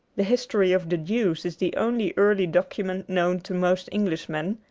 the history of the jews is the only early document known to most englishmen,